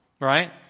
right